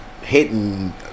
hitting